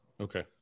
Okay